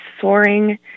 soaring